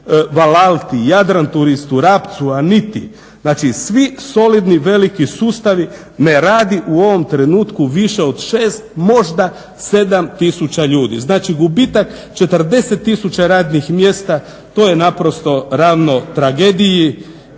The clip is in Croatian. VAL-ALTI, JADRAN TOURIST-u, Rapcu, ANITA-i znači svi solidni, veliki sustavi ne radi u ovom trenutku više od 6 možda 7 tisuća ljudi. Znači gubitak 40 tisuća radnih mjesta to je naprosto ravno tragediji